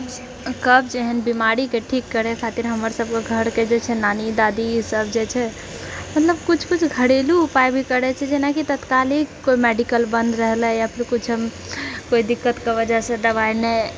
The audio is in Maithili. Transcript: कब्ज एहेन बीमारीके ठीक करय खातिर हमरसभकऽ घरके जे छै नानी दादी ईसभ जे छै मतलब कुछ कुछ घरेलू उपाय भी करैत छै जेनाकि तत्काली कोइ मेडिकल बन्द रहलय या फेर कुछो कोइ दिक्कतकऽ वजहसँ दबाइ नहि